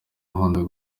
nkunda